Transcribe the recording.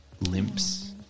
limps